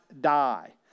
die